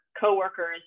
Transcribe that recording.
coworkers